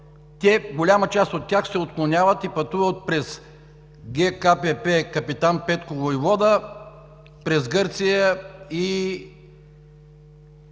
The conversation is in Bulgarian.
голяма част от тях се отклоняват и пътуват през ГКПП „Капитан Петко войвода“, през Гърция и